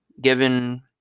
given